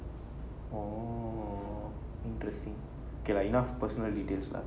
oh interesting okay lah enough personal details lah